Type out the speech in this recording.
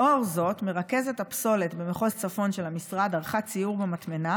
לאור זאת מרכזת הפסולת במחוז צפון של המשרד ערכה סיור במטמנה